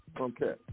Okay